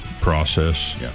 process